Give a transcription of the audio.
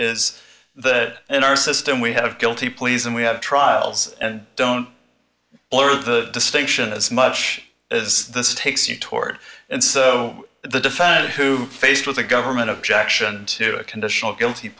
is that in our system we have guilty pleas and we have trials and don't lower the distinction as much as this takes you toward and so the defendant who faced with the government objection to a conditional guilty